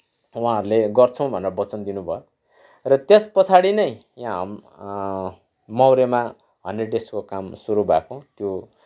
उहाँहरूले गर्छौँ भनेर वचन दिनुभयो र त्यस पछाडि नै यहाँ मौरेमा हन्ड्रेड डेजको काम सुरू भएको त्यो